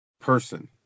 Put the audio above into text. person